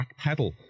backpedal